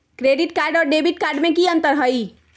Credit card और debit card में की अंतर हई?